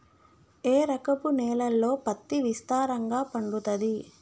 ఏ రకపు నేలల్లో పత్తి విస్తారంగా పండుతది?